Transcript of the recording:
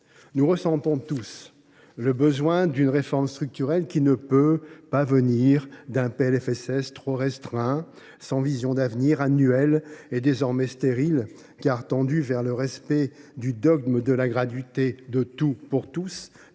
Nous ressentons tous le besoin d’une réforme structurelle, mais elle ne peut venir d’un PLFSS trop restreint, sans vision d’avenir, annuel et désormais stérile, tant il est tendu vers le respect du dogme de la gratuité de tout pour tous et